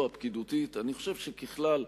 הפקידותית במשרדו, אני חושב שככלל,